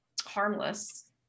harmless